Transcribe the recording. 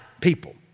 people